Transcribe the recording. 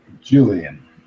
Julian